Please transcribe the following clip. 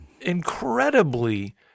incredibly